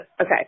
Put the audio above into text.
Okay